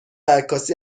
عکاسی